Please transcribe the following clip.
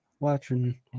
Watching